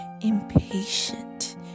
impatient